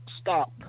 stop